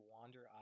Wander